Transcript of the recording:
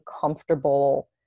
comfortable